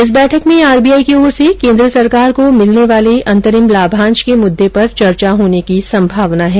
इस बैठक में आरबीआई की ओर से केन्द्र सरकार को मिलने वाले अंतरिम लाभांश के मुददे पर चर्चा होने की संभावना है